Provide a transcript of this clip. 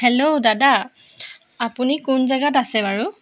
hello দাদা আপুনি কোন জেগাত আছে বাৰু